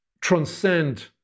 transcend